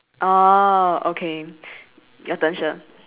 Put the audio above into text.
orh okay your turn shir